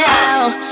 now